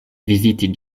viziti